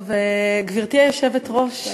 גברתי היושבת-ראש,